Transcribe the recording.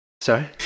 Sorry